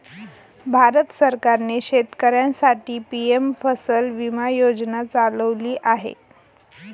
भारत सरकारने शेतकऱ्यांसाठी पी.एम फसल विमा योजना चालवली आहे